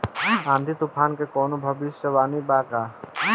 आँधी तूफान के कवनों भविष्य वानी बा की?